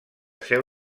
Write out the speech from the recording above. seu